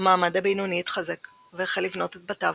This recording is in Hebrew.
המעמד הבינוני התחזק והחל לבנות את בתיו,